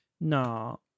No